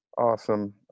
Awesome